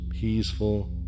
peaceful